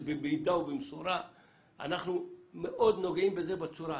אנחנו נוגעים בזה בזהירות.